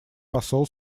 посол